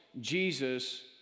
Jesus